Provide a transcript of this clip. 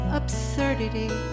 absurdity